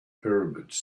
pyramids